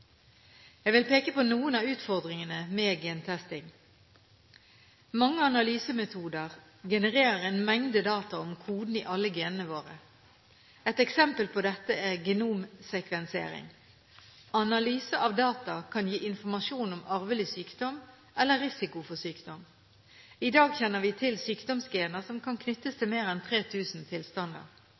Jeg vil peke på noen av utfordringene med gentesting: Mange analysemetoder generer en mengde data om kodene i alle genene våre. Et eksempel på dette er genomsekvensering. Analyse av data kan gi informasjon om arvelig sykdom eller risiko for sykdom. I dag kjenner vi til sykdomsgener som kan knyttes til mer enn 3 000 tilstander.